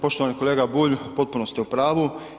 Poštovani kolega Bulj, potpuno ste u pravu.